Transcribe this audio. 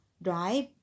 drive